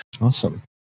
Awesome